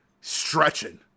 stretching